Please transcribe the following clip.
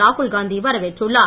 ராகுல் காந்தி வரவேற்றுள்ளார்